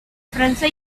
frança